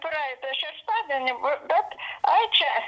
praeitą šeštadienį bet ai čia